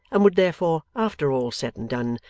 and would therefore, after all said and done,